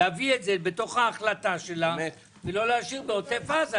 להביא את זה בתוך ההחלטה שלה ולא להשאיר את זה ככה בעוטף עזה.